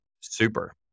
Super